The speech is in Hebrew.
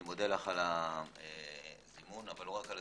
אני מודה לך על זימון הדיון,